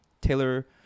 Taylor